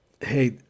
Hey